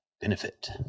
benefit